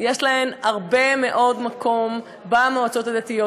יש להן הרבה מאוד מקום במועצות הדתיות,